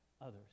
others